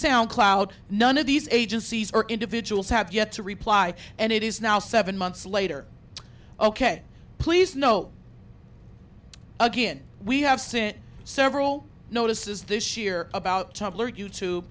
sound cloud none of these agencies or individuals have yet to reply and it is now seven months later ok please note again we have sent several notices this year about t